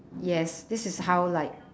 yes this is how like